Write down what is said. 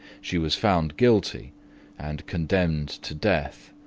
she was found guilty and condemned to death